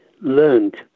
learned